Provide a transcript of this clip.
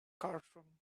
courtroom